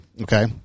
Okay